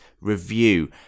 review